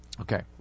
Okay